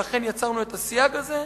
ולכן יצרנו את הסייג הזה.